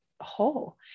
whole